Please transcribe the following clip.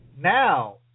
Now